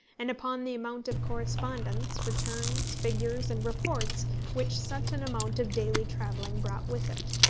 and upon the amount of correspondence, returns, figures, and reports which such an amount of daily travelling brought with it.